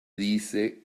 dice